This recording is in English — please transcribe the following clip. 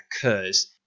occurs